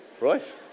Right